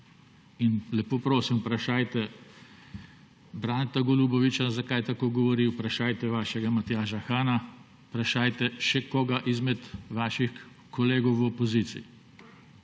Lepo prosim, vprašajte Braneta Golubovića, zakaj tako govori, vprašajte vašega Matjaža Hana, vprašajte še koga izmed svojih kolegov v opoziciji.